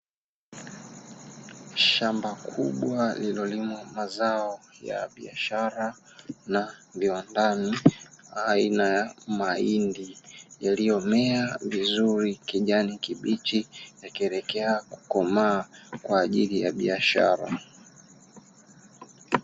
Shamba kubwa lililolimwa mazao ya biashara na viwandani aina ya mahindi yaliyomea vizuri kijani kibichi, yakieleke kukomaa kwa ajili ya biashara.